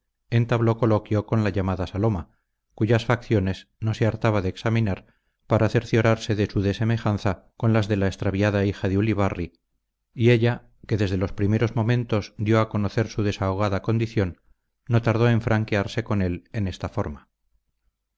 entabló coloquio con la llamada saloma cuyas facciones no se hartaba de examinar para cerciorarse de su desemejanza con las de la extraviada hija de ulibarri y ella que desde los primeros momentos dio a conocer su desahogada condición no tardó en franquearse con él en esta forma